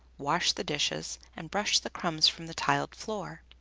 washed the dishes, and brushed the crumbs from the tiled floor.